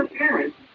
parents